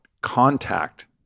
contact